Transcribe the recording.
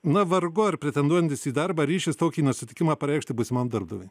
na vargu ar pretenduojantys į darbą ryšis tokį nusiteikimą pareikšti būsimam darbdaviui